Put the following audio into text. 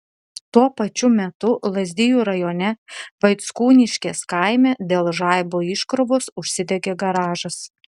tuo pačiu metu lazdijų rajone vaickūniškės kaime dėl žaibo iškrovos užsidegė garažas